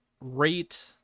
rate